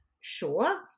sure